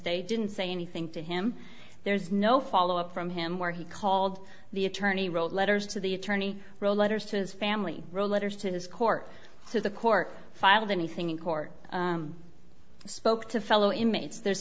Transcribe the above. day didn't say anything to him there's no follow up from him where he called the attorney wrote letters to the attorney real letters to his family real letters to his court to the court filed anything in court spoke to fellow inmates there's